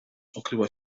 okryła